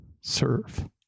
serve